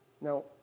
Now